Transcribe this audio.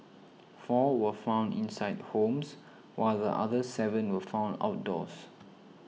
four were found inside homes while the other seven were found outdoors